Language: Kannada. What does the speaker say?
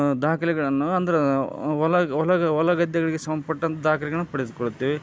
ದಾಖಲೆಗಳನ್ನು ಅಂದ್ರೆ ಹೊಲ ಹೊಲ ಹೊಲ ಗದ್ದೆಗಳಿಗೆ ಸಂಬಂಧ್ಪಟ್ಟಂಥ ದಾಖಲೆಗಳನ್ನು ಪಡೆದುಕೊಳ್ಳುತ್ತೇವೆ